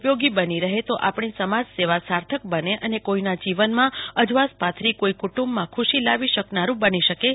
પયોગી બની રહે તો આપણી સમાજ સેવા સર્થક બને અને કોઈના જીવનમાં સ્અજાસ પાથરી કોઈ કુટુંબમાં ખુશી લાવી શકનારું બની શકે છે